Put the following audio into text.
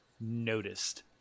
noticed